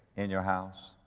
in your house?